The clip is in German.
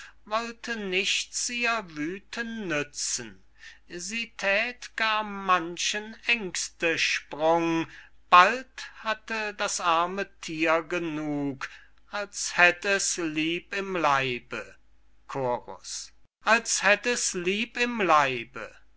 wollte nichts ihr wüthen nützen sie thät gar manchen aengstesprung bald hatte das arme thier genung als hätt es lieb im leibe als hätt es lieb im leibe